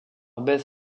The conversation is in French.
beth